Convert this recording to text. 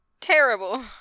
terrible